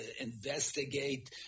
investigate